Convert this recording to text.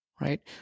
right